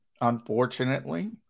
unfortunately